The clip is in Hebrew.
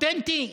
אותנטי?